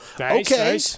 okay